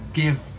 give